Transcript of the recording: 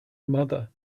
mother